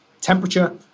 temperature